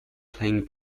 playing